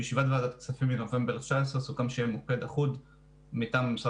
בישיבת ועדת הכספים מנובמבר 2019 סוכם שיהיה מוקד אחוד מטעם משרד